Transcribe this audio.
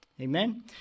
Amen